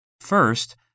First